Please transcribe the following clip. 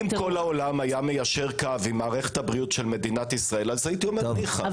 אם כל העולם היה מיישר קו עם מערכת הבריאות של מדינת ישראל ניחא,